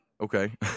Okay